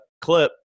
clip